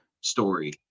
story